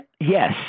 yes